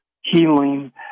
healing